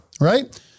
right